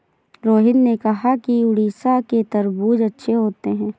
रोहित ने कहा कि उड़ीसा के तरबूज़ अच्छे होते हैं